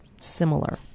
similar